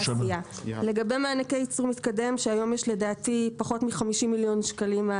לגבי מענקי ייצור מתקדם: היום התקציב עומד על פחות מ-50 מיליון שקלים.